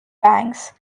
banks